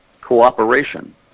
cooperation